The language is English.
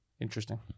Interesting